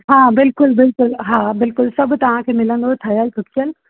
हा बिल्कुलु बिल्कुलु हा बिल्कुलु सभु तव्हांखे मिलंदो ठहियलु ठुकियलु